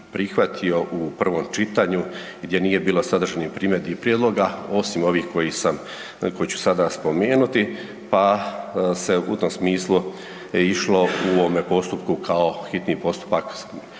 prihvatio u prvom čitanju gdje nije bilo sadržanih primjedbi i prijedloga osim ovih koji sam, koje ću sada spomenuti, pa se u tom smislu išlo u ovome postupku kao hitni postupak iako